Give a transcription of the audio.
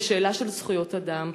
זו שאלה של זכויות אדם,